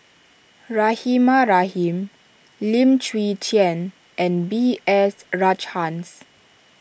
Rahimah Rahim Lim Chwee Chian and B S Rajhans